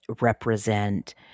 represent